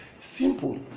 Simple